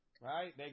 Right